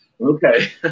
Okay